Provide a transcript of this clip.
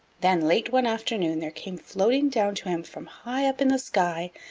then, late one afternoon, there came floating down to him from high up in the sky,